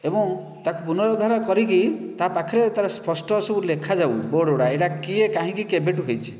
ଏବଂ ତାକୁ ପୁନରୁଦ୍ଧାରାଣ କରିକି ତା' ପାଖରେ ତା'ର ସ୍ପଷ୍ଟ ସବୁ ଲେଖା ଯାଉ ବୋର୍ଡ ଗୁଡ଼ା ଏଟା କିଏ କାହିଁକି କେବେଠୁ ହୋଇଛି